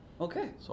okay